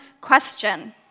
question